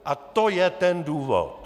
A to je ten důvod.